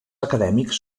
acadèmics